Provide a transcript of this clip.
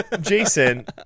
Jason